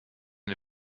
den